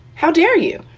how dare you?